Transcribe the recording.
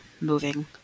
moving